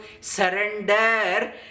surrender